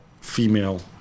female